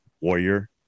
warrior